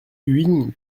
huyghe